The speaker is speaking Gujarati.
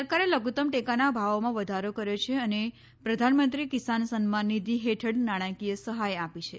સરકારે લધુતમ ટેકાના ભાવોમાં વધારો કર્યો છે અને પ્રધાનમંત્રી કિસાન સન્માન નિધિ હેઠળ નાણાંકીય સહાય આપી છે